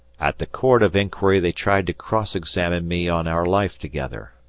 at the court of inquiry they tried to cross-examine me on our life together.